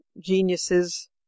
geniuses